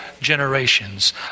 generations